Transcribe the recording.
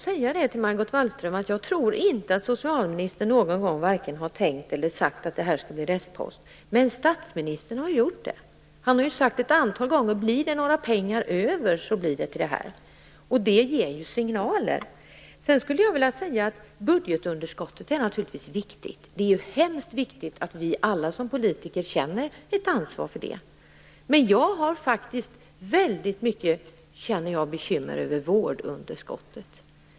Margot Wallström! Jag tror inte att socialministern någon gång har tänkt eller sagt att det här skall bli en restpost, men statsministern har gjort det. Han har sagt ett antal gånger att det, om det blir några pengar över, skall gå till det här. Det ger ju signaler. Budgetunderskottet är naturligtvis viktigt. Det är hemskt viktigt att vi som politiker känner ett ansvar för det, men jag är faktiskt väldigt bekymrad över vårdunderskottet.